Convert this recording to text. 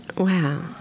Wow